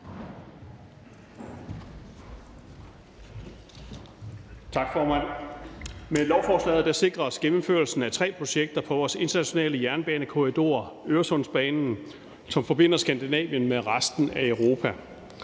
Med lovforslaget sikres gennemførelsen af tre projekter på vores internationale jernbanekorridor Øresundsbanen, som forbinder Skandinavien med resten af Europa.